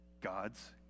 God's